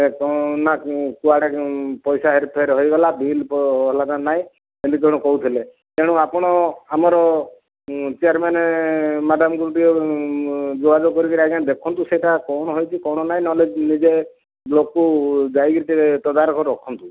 ଏ କଣ ନା କୁଆଡ଼େ ପଇସା ହେରଫେର ହେଇଗଲା ବିଲ୍ ଅଲଗା ନାହିଁ କାଲି ଜଣେ କହୁଥିଲେ ତେଣୁ ଆପଣ ଆମର ଚେୟାରମେନ୍ ମ୍ୟାଡ଼ାମକୁ ଟିକିଏ ଯୋଗାଯୋଗ କରି ଦେଖନ୍ତୁ ସେଟା କଣ ହେଉଛି କଣ ନାହିଁ ନହେଲେ ନିଜେ ବ୍ଲକକୁ ଯାଇକି ଟିକେ ତଦାରଖ ରଖନ୍ତୁ